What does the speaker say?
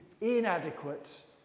inadequate